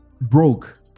Broke